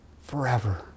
forever